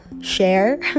share